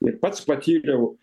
ir pats patyriau